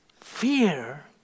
Fear